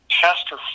pastor